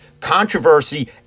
controversy